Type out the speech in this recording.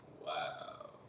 Wow